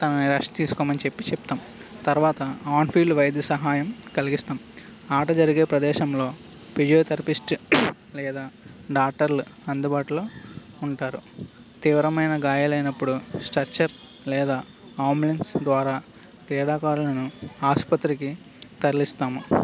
తనను రెస్ట్ తీసుకోమని చెప్పి చెప్తాం తర్వాత ఆన్ఫీల్డ్ వైద్య సహాయం కలిగిస్తాం ఆట జరిగే ప్రదేశంలో ఫిజియోథెరపిస్ట్ లేదా డాక్టర్లు అందుబాటులో ఉంటారు తీవ్రమైన గాయాలైనప్పుడు స్ట్రచర్ లేదా ఆంబులెన్స్ ద్వారా క్రీడాకారులను ఆసుపత్రికి తరలిస్తాము